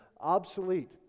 obsolete